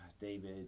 David